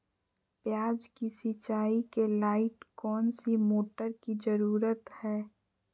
प्याज की सिंचाई के लाइट कौन सी मोटर की जरूरत है?